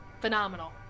phenomenal